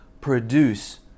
produce